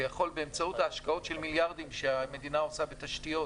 שיכול באמצעות ההשקעות של מיליארדים שהמדינה עושה בתשתיות,